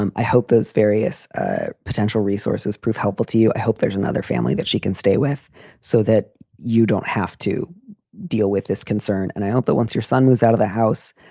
um i hope those various potential resources prove helpful to you. i hope there's another family that she can stay with so that you don't have to deal with this concern. and i hope that once your son moves out of the house,